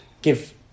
give